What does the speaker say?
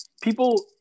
People